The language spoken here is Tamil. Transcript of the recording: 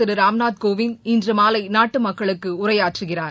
திரு ராம்நாத் கோவிந்த் இன்று மாலை நாட்டு மக்களுக்கு உரையாற்றுகிறார்